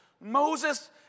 Moses